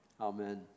Amen